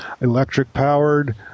electric-powered